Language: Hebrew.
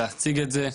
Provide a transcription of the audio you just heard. להציג את זה,